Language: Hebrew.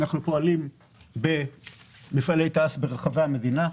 אנחנו פועלים במפעלי תע"ש ברחבי המדינה: